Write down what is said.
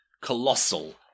colossal